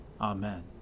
Amen